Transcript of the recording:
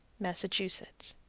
massachusetts.